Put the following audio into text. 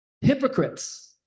hypocrites